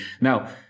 Now